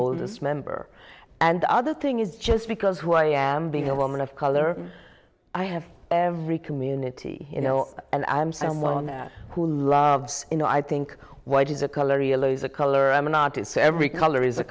oldest member and other thing is just because who i am being a woman of color i have every community you know and i'm someone who loves you know i think why does a color yellow is a color i'm an artist so every color is a